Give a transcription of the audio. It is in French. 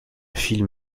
film